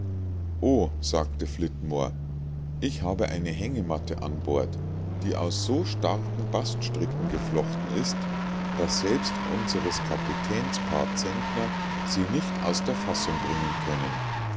o sagte flitmore ich habe eine hängematte an bord die aus so starken baststricken geflochten ist daß selbst unseres kapitäns paar zentner sie nicht aus der fassung bringen können